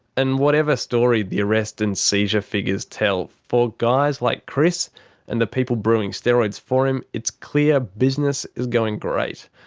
and whatever story the arrest and seizure figures tell, for guys like chris and the people brewing steroids for him, it's clear business is going great.